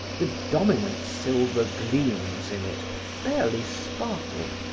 the dominant silver gleams in it barely sparkled,